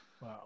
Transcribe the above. Wow